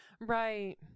Right